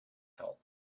help